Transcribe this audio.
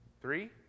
Three